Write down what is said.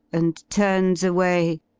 and turns away,